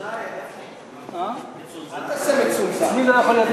הצעת אי-אמון בממשלה מטעם סיעות יהדות התורה ומרצ,